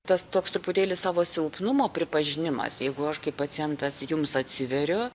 tas toks truputėlį savo silpnumo pripažinimas jeigu aš kai pacientas jums atsiveriu